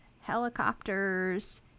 helicopters